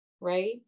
Right